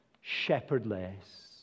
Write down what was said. shepherdless